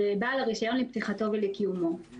זה בעל הרישיון לפתיחתו ולקיומו.